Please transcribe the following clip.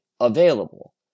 available